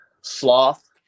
Sloth